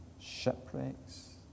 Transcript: shipwrecks